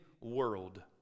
world